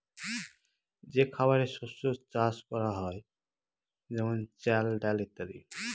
যে খাবারের শস্য চাষ করা হয় যেমন চাল, ডাল ইত্যাদি